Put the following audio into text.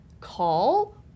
call